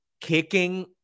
kicking